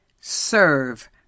Serve